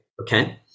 Okay